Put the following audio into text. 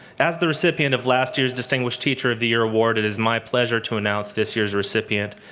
as the recipient of last years distinguished teacher of the year award, it is my pleasure to announce this year's recipient.